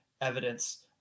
evidence